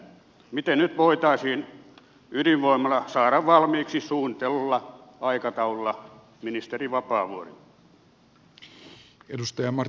miten nyt voitaisiin ydinvoimala saada valmiiksi suunnitellulla aikataululla ministeri vapaavuori